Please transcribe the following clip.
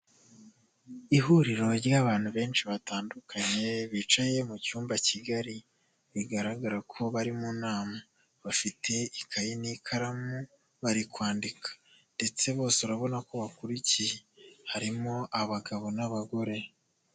Ihuriro ry'abantu benshi batandukanye, bicaye mu cyumba kigari. Bigaragara ko bari mu nama bafite ikayi n'ikaramu, bari kwandika. Ndetse bose urabona ko bakurikiye. Harimo abagabo n'abagore.